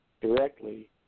directly